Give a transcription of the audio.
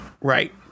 right